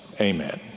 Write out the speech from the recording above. amen